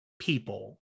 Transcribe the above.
people